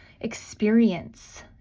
experience